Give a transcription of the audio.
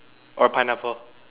or pineapple